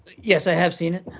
yes, i have seen it.